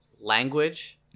Language